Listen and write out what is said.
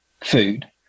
food